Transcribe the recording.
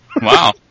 Wow